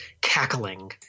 cackling